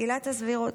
עילת הסבירות.